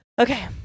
Okay